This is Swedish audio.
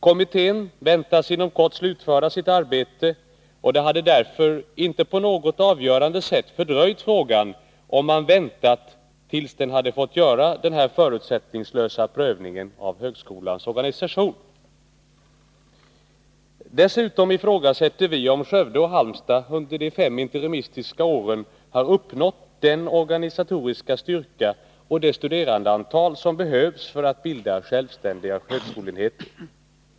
Kommittén väntas inom kort slutföra sitt arbete, och det hade därför inte på något avgörande sätt fördröjt frågan, om man hade väntat tills kommittén hade fått göra denna förutsättningslösa prövning av högskolans organisation. Dessutom ifrågasätter vi om Skövde och Halmstad under de fem interimistiska åren har uppnått den organisatoriska styrka och det studerandeantal som behövs för att bilda självständiga högskoleenheter.